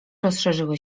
rozszerzyły